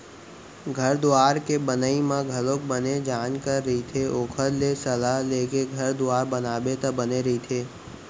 घर दुवार के बनई म घलोक बने जानकार रहिथे ओखर ले सलाह लेके घर दुवार बनाबे त बने रहिथे